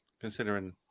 considering